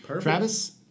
Travis